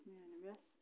میٛٲنہِ وٮ۪سہٕ